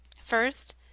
first